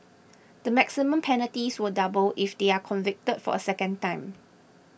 the maximum penalties will double if they are convicted for a second time